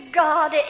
god